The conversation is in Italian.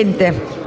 intervengo